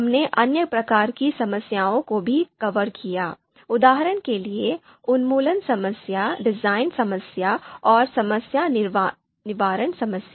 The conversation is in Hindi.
हमने अन्य प्रकार की समस्याओं को भी कवर किया उदाहरण के लिए उन्मूलन समस्या डिजाइन समस्या और समस्या निवारण समस्या